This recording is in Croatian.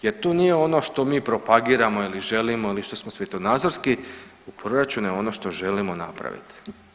Jer tu nije ono što mi propagiramo ili želimo ili što smo svjetonazorski, u proračunu je ono što želimo napraviti.